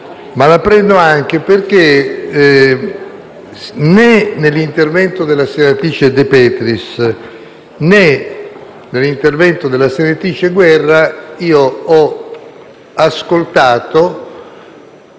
La prendo però anche perché, né nell'intervento della senatrice De Petris, né in quello della senatrice Guerra, ho ascoltato